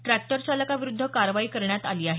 tractor चालकाविरुद्ध कारवाई करण्यात आली आहे